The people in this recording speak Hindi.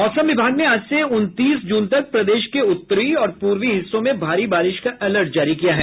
मौसम विभाग ने आज से उनतीस जून तक प्रदेश के उत्तरी और पूर्वी हिस्सों में भारी बारिश का अलर्ट जारी किया है